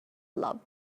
love